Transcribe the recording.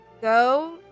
go